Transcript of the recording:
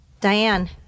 Diane